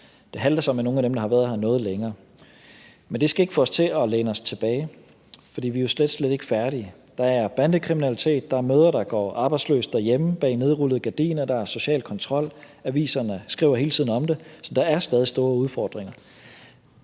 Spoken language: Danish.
Det halter så med nogle af dem, der har været her noget længere. Det skal ikke få os til at læne os tilbage, for vi er jo slet, slet ikke færdige. Der er bandekriminalitet. Der er mødre, der går arbejdsløse derhjemme bag nedrullede gardiner. Der er social kontrol. Aviserne skriver hele tiden om det. Så der er stadig store udfordringer.